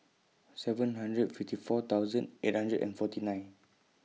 seven hundred fifty four thousand eight hundred and forty nine